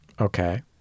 Okay